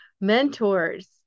Mentors